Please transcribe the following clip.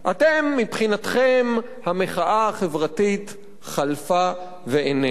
מבחינתכם המחאה החברתית חלפה ואיננה.